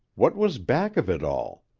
what was back of it all?